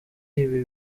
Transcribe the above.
ibi